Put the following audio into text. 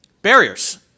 Barriers